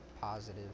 positive